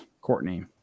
Courtney